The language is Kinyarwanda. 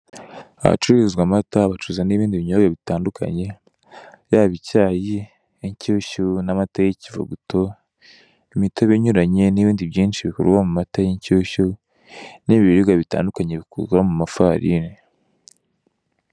Ahacururizwa amata bacuruza nibindi binyobwa bitandukanye yaba icyayi, inshyushyu, n'amata yikivuguto, imitobe inyuranye nibindi byinshi bikorwa mumata yinshyushyu nibiribwa bitandukanye bikorwa muma farini.